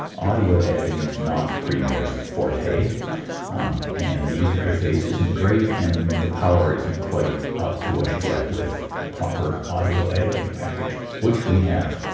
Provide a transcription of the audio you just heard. audio editing is not premiere's forte and the user interface isn't great and the power isn't quite up to what you get with a proper audio editing package. which we have,